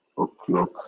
O'clock